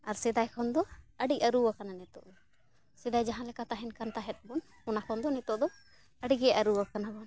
ᱟᱨ ᱥᱮᱫᱟᱭ ᱠᱷᱚᱱ ᱫᱚ ᱟᱹᱰᱤ ᱟᱹᱨᱩᱣ ᱟᱠᱟᱱᱟ ᱱᱤᱛᱳᱜ ᱫᱚ ᱥᱮᱫᱟᱭ ᱡᱟᱦᱟᱸ ᱞᱮᱠᱟ ᱛᱟᱦᱮᱱ ᱠᱟᱱ ᱛᱟᱦᱮᱸᱫ ᱵᱚᱱ ᱚᱱᱟ ᱠᱷᱚᱱ ᱫᱚ ᱱᱤᱛᱳᱜ ᱫᱚ ᱟᱹᱰᱤᱜᱮ ᱟᱹᱨᱩᱣ ᱟᱠᱟᱱᱟ